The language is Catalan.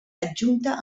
adjunta